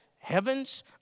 heavens